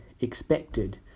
expected